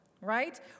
right